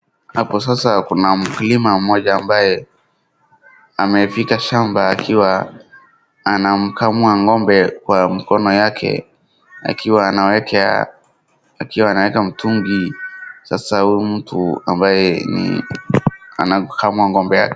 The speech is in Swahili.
Hapo sasa kuna mkulima mmoja ambaye amefika shamba akiwa anamkamua ng'ombe kwa mkono yake akiwa anaeka mtungi sasa huyu mtu ambaye anamkamua ng'ombe yake.